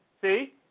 See